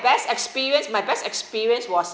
best experience my best experience was